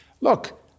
Look